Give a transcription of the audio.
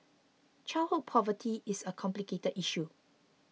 childhood poverty is a complicated issue